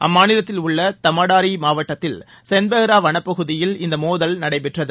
அம்மாநிலத்தில் உள்ள தமாடரி மாவட்டத்தில் செந்த்பெஹ்ரா வனப்பகுதியில் இந்த மோதல் நடைபெற்றது